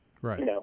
Right